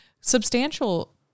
substantial